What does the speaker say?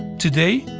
today,